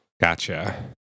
Gotcha